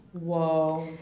Whoa